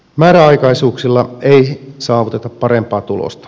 määräaikaisuuksilla ei saavuteta parempaa tulosta